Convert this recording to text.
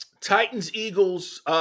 Titans-Eagles